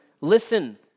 listen